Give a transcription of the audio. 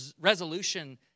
resolution